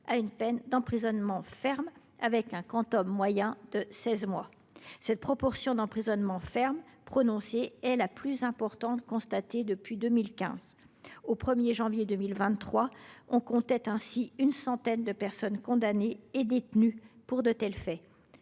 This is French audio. à une peine d’emprisonnement ferme avec un quantum moyen de seize mois. La proportion des peines d’emprisonnement ferme prononcées est la plus forte constatée depuis 2015. Au 1 janvier 2023, on comptait ainsi une centaine de personnes condamnées et détenues pour de tels faits.